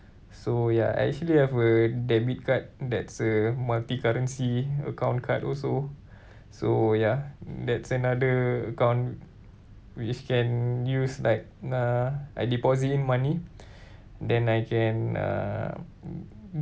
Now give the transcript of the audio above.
so ya I actually have a debit card that's a multi currency account card also so ya that's another account which can use like uh I deposit in money and then I can uh